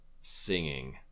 singing